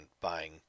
buying